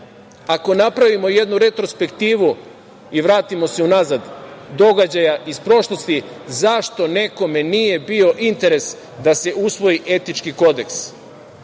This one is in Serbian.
ako napravimo jednu retrospektivu i vratimo se unazad, događaja iz prošlosti zašto nekome nije bio interes da se usvoji etički kodeks,